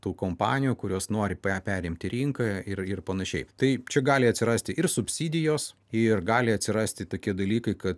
tų kompanijų kurios nori per perimti rinką ir ir panašiai taip čia gali atsirasti ir subsidijos ir gali atsirasti tokie dalykai kad